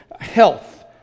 Health